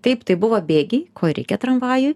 taip tai buvo bėgiai ko ir reikia tramvajui